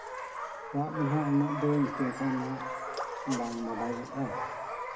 ᱨᱟᱜ ᱫᱚ ᱦᱟᱸᱜ ᱩᱱᱟᱹᱜ ᱫᱚ ᱧᱩᱛᱩᱢ ᱠᱚ ᱩᱱᱟᱹᱜ ᱵᱟᱝ ᱵᱟᱰᱟᱭᱚᱜᱼᱟ